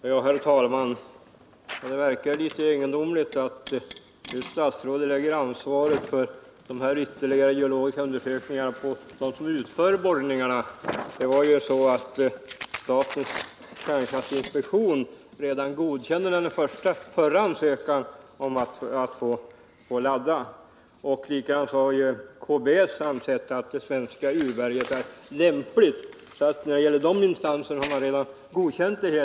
Herr talman! Det verkar litet egendomligt att statsrådet lägger ansvaret för de ytterligare geologiska undersökningarna på dem som utför borrningarna. Statens kärnkraftinspektion godkände ju den förra ansökan om att få ladda. Likaså har KBS ansett att det svenska urberget är lämpligt. De instanserna har alltså redan godkänt ansökan.